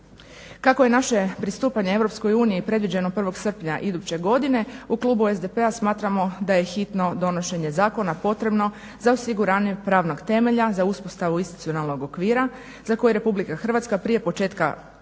Kako je naše pristupanje EU predviđeno 1. srpnja iduće godine u klubu SDP-a smatramo da je hitno donošenje zakona potrebno za osiguranje pravnog temelja za uspostavu institucionalnog okvira za koji RH prije početka korištenja